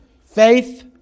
Faith